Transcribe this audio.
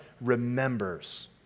remembers